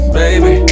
baby